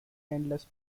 endless